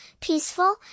peaceful